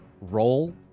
roll